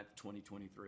2023